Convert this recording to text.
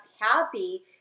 happy